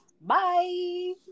Bye